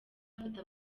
bafata